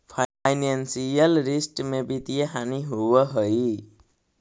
financial रिश्त में वित्तीय हानि होवऽ हई